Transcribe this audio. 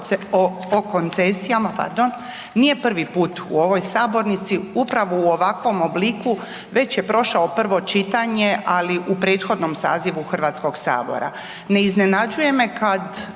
o koncesijama, pardon, nije prvi put u ovoj sabornici upravo u ovakvom obliku, već je prošao prvo čitanje, ali u prethodnom sazivu HS. Ne iznenađuje me kad